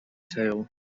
tail